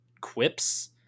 quips